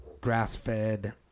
grass-fed